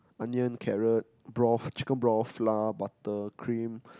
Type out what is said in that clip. onion carrot broth chicken broth flour butter cream